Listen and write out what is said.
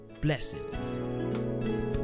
Blessings